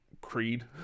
Creed